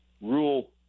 rule